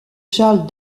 charles